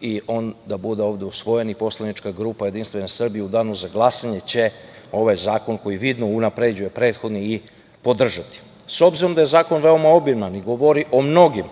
i on ovde da bude usvojen i poslanička grupa JS u danu za glasanje će ovaj zakon, koji vidno unapređuje prethodni, i podržati.S obzirom da je zakon veoma obiman i govori o mnogim